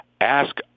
ask